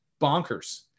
bonkers